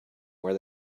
where